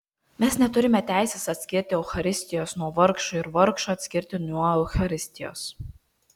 mes neturime teisės atskirti eucharistijos nuo vargšų ir vargšų atskirti nuo eucharistijos